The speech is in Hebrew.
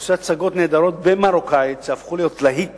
עושה הצגות נהדרות במרוקאית, שהפכו להיות להיט